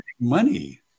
money